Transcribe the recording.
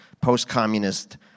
post-communist